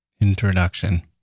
Introduction